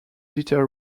little